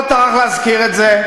לא טרח להזכיר את זה.